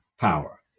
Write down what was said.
power